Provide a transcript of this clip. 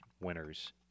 winners